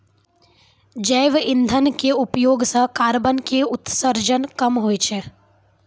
जैव इंधन के उपयोग सॅ कार्बन के उत्सर्जन कम होय छै